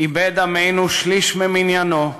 איבד עמנו שליש ממניינו,